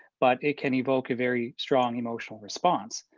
but it can evoke a very strong emotional response.